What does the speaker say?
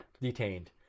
Detained